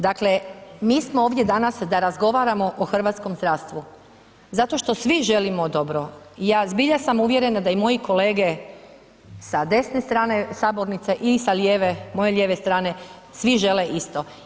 Dakle, mi smo ovdje danas da razgovaramo o hrvatskom zdravstvu, zato što svi želimo dobro i ja zbilja sam uvjerena da i moji kolege sa desne strane sabornice i sa lijeve, moje lijeve strane svi žele isto.